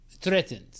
threatened